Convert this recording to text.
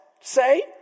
say